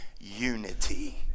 unity